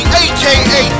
aka